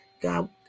God